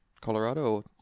Colorado